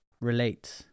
relate